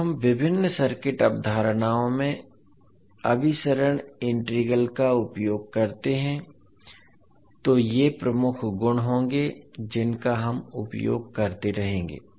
जब हम विभिन्न सर्किट अवधारणाओं में अभिसरण इंटीग्रल का उपयोग करते हैं तो ये प्रमुख गुण होंगे जिनका हम उपयोग करते रहेंगे